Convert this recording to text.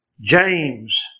James